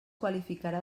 qualificarà